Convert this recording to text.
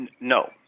No